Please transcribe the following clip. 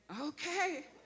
Okay